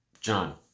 John